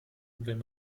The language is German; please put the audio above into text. wenn